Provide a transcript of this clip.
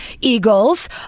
Eagles